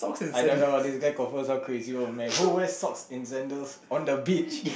I don't know this guy confirm some crazy old man who wear socks in sandals on the beach